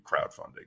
crowdfunding